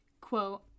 Quote